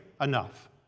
enough